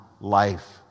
life